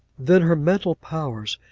then her mental powers,